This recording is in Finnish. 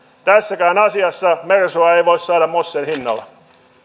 tässäkään asiassa mersua ei voi saada mossen hinnalla